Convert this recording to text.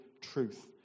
truth